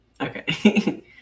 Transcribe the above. Okay